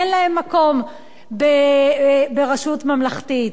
אין להם מקום ברשות ממלכתית.